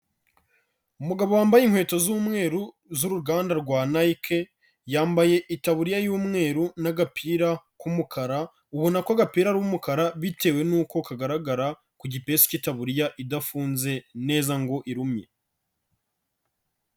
Umugabo wambaye inkweto z'umweru z'uruganda rwa Nike, yambaye itaburiya y'umweru n'agapira k'umukara ubona ko gapira ari umukara bitewe nuko kagaragara ku gipesu cy'itaburiya idafunze neza ngo irumye.